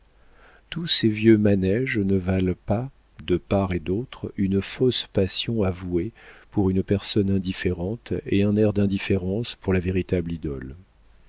tous ces vieux manéges ne valent pas de part et d'autre une fausse passion avouée pour une personne indifférente et un air d'indifférence pour la véritable idole